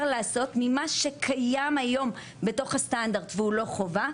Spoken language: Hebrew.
לעשות ממה שקיים היום בתוך הסטנדרט והוא לא חובה,